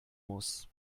muss